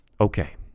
Okay